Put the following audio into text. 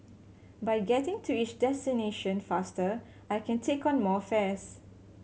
by getting to each destination faster I can take on more fares